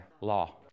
Law